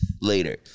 later